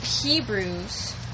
Hebrews